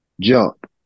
jump